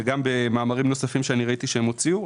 וגם במאמרים נוספים שראיתי שהם הוציאו.